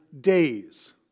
days